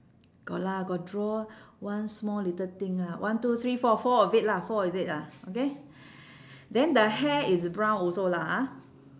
got lah got draw one small little thing ah one two three four four of it lah four of it lah okay then the hair is brown also lah ah